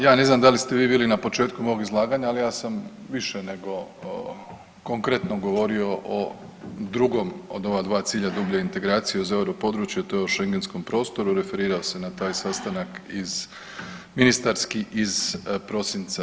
Ja ne znam da li ste vi bili na početku mog izlaganja, ali ja sam više nego konkretno govorio o drugom od ova dva cilja dublje integracije uz EU područje, to je u Šengenskom prostoru, referirao se na taj sastanak iz, ministarski iz prosinca.